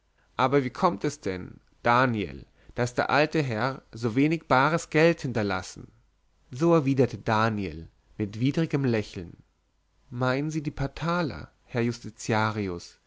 aber wie kommt es denn daniel daß der alte herr so wenig bares geld hinterlassen so erwiderte daniel mit widrigem lächeln meinen sie die paar taler herr justitiarius